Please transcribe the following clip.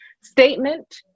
statement